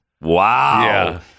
Wow